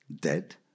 dead